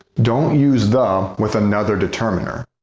don't use the with another determiner.